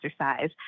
exercise